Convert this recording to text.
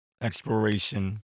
exploration